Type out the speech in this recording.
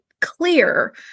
clear